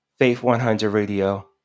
faith100radio